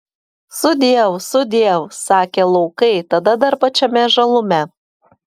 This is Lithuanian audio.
sudiev sudiev sakė laukai tada dar pačiame žalume